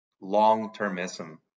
long-termism